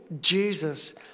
Jesus